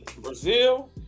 Brazil